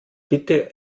bitte